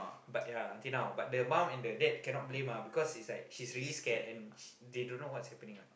but yeah until now but the mum and dad cannot blame ah because is like she's really scared and then they don't know what happening ah